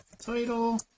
title